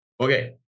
Okay